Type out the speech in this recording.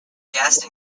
guest